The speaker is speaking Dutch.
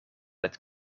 het